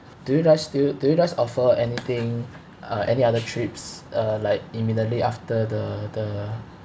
do you guys still do you guys offer anything uh any other trips uh like immediately after the the